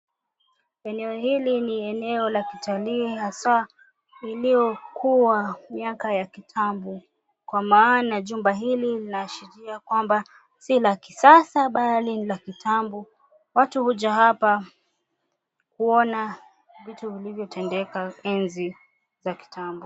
Eneo hili ni eneo la kitalii haswaa iliyokuwa miaka ya kitambo kwa maana jumba hili linaashiria kwamba si la kisasa bali ni la kitambo. Watu huja hapa kuona vitu vilivyotendeka enzi za kitambo.